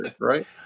Right